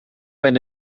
bent